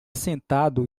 sentado